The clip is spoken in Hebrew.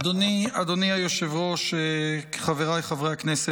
אדוני היושב-ראש, חבריי חברי הכנסת,